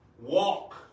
walk